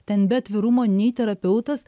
ten be atvirumo nei terapeutas